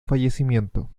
fallecimiento